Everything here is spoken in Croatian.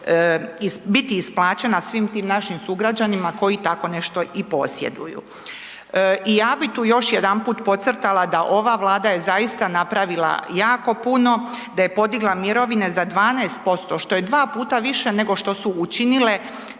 biti isplaćena svim tim našim sugrađanima koji tako nešto i posjeduju. I ja bi tu još jedanput podcrtala da ova Vlada je zaista napravila jako puno, da je podigla mirovine za 12%, što je dva puta više nego što su učinile